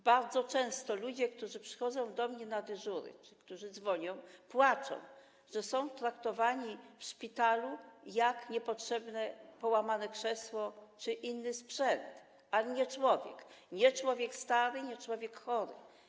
Bardzo często ludzie, którzy przychodzą do mnie na dyżury czy dzwonią, płaczą, że są traktowani w szpitalu jak niepotrzebne, połamane krzesło czy inny sprzęt, a nie jak człowiek, człowiek stary, człowiek chory.